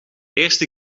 eerste